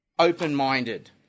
open-minded